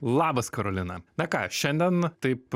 labas karolina na ką šiandien taip